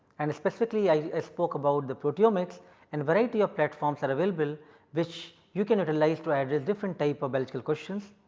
and specifically i spoke about the proteomics and variety of platforms are available which you can utilize to address different type of biological questions.